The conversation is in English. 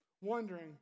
wondering